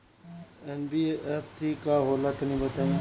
NBFC का होला तनि बताई?